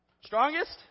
Strongest